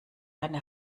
eine